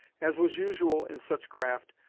as was usual in such craft,